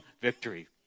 victory